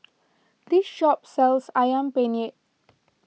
this shop sells Ayam Penyet